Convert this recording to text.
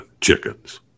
chickens